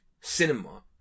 cinema